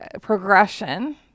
progression